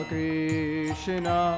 Krishna